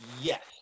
Yes